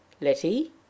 Letty